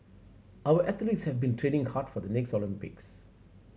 our athletes have been training hard for the next Olympics